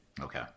Okay